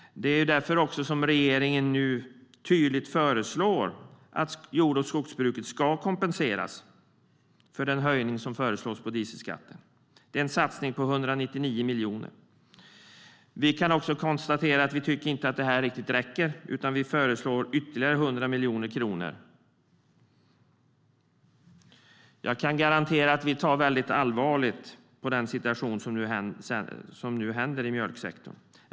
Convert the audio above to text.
Därför föreslår regeringen nu tydligt att jord och skogsbruket ska kompenseras för föreslagna höjningen av dieselskatten. Det är en satsning på 199 miljoner. Men vi kan konstatera att detta inte riktigt räcker, utan vi föreslår ytterligare 100 miljoner kronor. Jag kan garantera att vi ser mycket allvarligt på det som händer i mjölksektorn i Sverige.